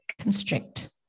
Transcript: constrict